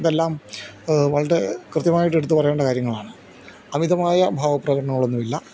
ഇതെല്ലാം വളരെ കൃത്യമായിട്ട് എടുത്ത് പറയേണ്ട കാര്യങ്ങളാണ് അമിതമായ ഭാവപ്രകടനങ്ങളൊന്നുമില്ല